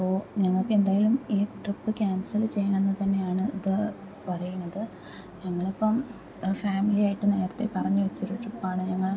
അപ്പോൾ ഞങ്ങൾക്ക് എന്തായാലും ഈ ട്രിപ്പ് ക്യാൻസൽ ചെയ്യണമെന്ന് തന്നെയാണ് ഇത് പറയുന്നത് ഞങ്ങളിപ്പം ഫാമിലി ആയിട്ട് നേരത്തെ പറഞ്ഞു വെച്ചൊരു ട്രിപ്പ് ആണ് ഞങ്ങൾ